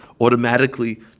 automatically